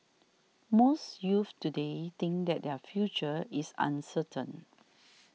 most youths today think that their future is uncertain